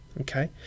Okay